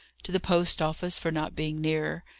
to the post-office for not being nearer,